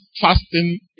fasting